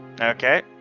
Okay